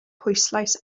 pwyslais